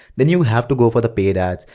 then you have to go for the paid ads.